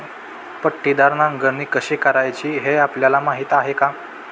पट्टीदार नांगरणी कशी करायची हे आपल्याला माहीत आहे का?